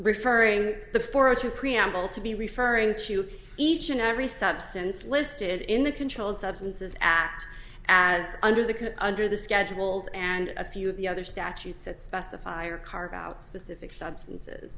referring to for a two preamble to be referring to each and every substance listed in the controlled substances act as under the under the schedules and a few of the other statutes that specify or carve out specific substances